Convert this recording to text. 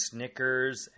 Snickers